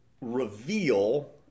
reveal